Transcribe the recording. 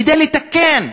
כדי לתקן.